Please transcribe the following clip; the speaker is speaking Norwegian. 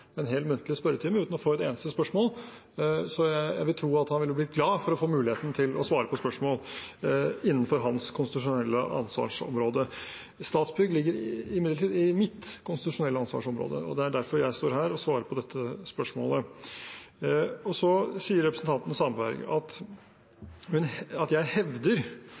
en hel muntlig spørretime uten å få et eneste spørsmål, så jeg vil tro at han ville blitt glad for å få muligheten til å svare på spørsmål innenfor hans konstitusjonelle ansvarsområde. Statsbygg ligger imidlertid innenfor mitt konstitusjonelle ansvarsområde, og det er derfor jeg står her og svarer på dette spørsmålet. Representanten Sandberg sier at jeg «hevder» at